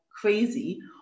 crazy